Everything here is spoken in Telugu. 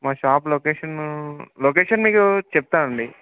మా షాప్ లోకేషను లొకేషన్ మీకు చెప్తానండి